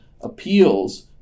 appeals